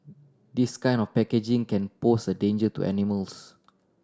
this kind of packaging can pose a danger to animals